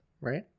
right